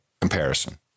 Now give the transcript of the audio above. comparison